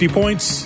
points